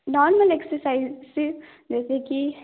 normal exercise सिर्फ जैसे की